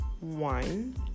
one